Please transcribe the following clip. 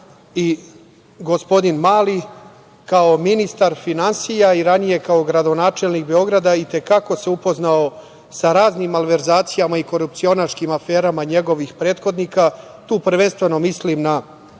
i gospodin Mali kao ministar finansija i ranije kao gradonačelnik Beograda i te kako se upoznao sa raznim malverzacijama i korupcionaškim aferama njegovih prethodnika. Tu prvenstveno mislim na